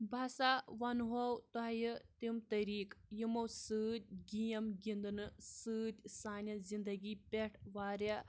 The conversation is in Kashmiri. بہٕ ہَسا وَنہو تۄہِہ تِم طٔریٖقہٕ یِمو سۭتۍ گیم گِنٛدنہٕ سۭتۍ سانہِ زِندگی پٮ۪ٹھ واریاہ